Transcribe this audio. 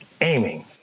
aiming